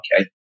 okay